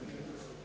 Hvala